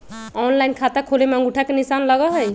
Online खाता खोले में अंगूठा के निशान लगहई?